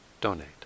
donate